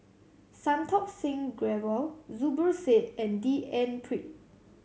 Santokh Singh Grewal Zubir Said and D N Pritt